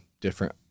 different